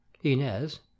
Inez